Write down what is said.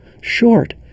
short